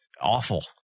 awful